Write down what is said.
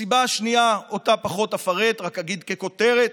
את הסיבה השנייה פחות אפרט, רק אגיד ככותרת: